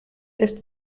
ist